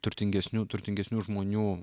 turtingesnių turtingesnių žmonių